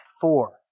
four